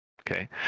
okay